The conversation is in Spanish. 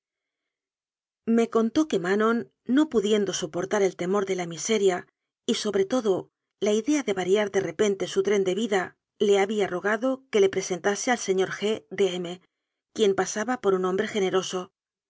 me contó que manon no pudiendo soportar el temor de la miseria y sobre todo la idea de va riar de repente su tren de vida le había rogado que le presentase al señor g de m quien pasaba por un hombre generoso